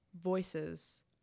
voices